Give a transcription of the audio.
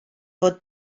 fod